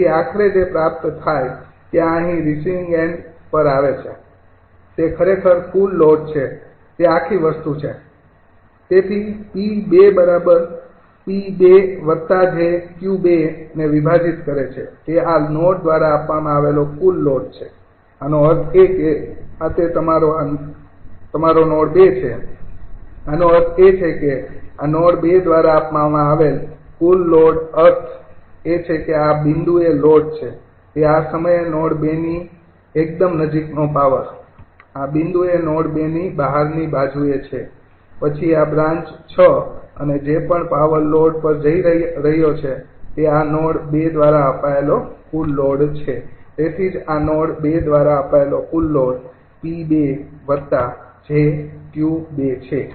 તેથી આખરે જે પ્રાપ્ત થાય ત્યાં અહીં રિસીવિંગ એન્ડ પર આવે છે તે ખરેખર કુલ લોડ છે તે આખી વસ્તુ છે તેથી 𝑃૨𝑗𝑄૨ ને વિભાજીત કરે છે તે આ નોડ દ્વારા આપવાનો આવેલ કુલ લોડ છે આનો અર્થ એ કે આ તે તમારો આ તમારો નોડ ૨ છે આનો અર્થ એ છે કે આ નોડ 2 દ્વારા આપવામાં આવેલ કુલ લોડ અર્થ એ છે કે આ બિંદુએ લોડ છે તે આ સમયે નોડ ૨ ની એકદમ નજીકનો પાવર આ બિંદુએ નોડ 2 ની બહારની બાજુએ છે પછી આ બ્રાન્ચ ૬ અને જે પણ પાવર લોડ પર જઇ રહ્યો છે તે આ નોડ ૨ દ્વારા અપાયેલો કુલ લોડ છે તેથી જ આ નોડ ૨ દ્વારા અપાયેલો કુલ લોડ 𝑃૨𝑗𝑄૨ છે